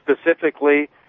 specifically